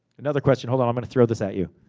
another question, hold on, i'm gonna throw this at you.